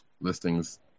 listings